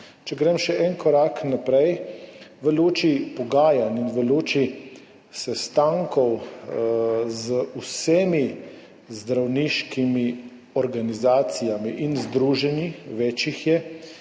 Če grem še en korak naprej. V luči pogajanj in v luči sestankov z vsemi zdravniškimi organizacijami in združenji, več jih je